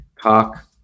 cock